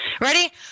Ready